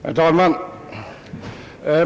Herr talman!